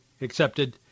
accepted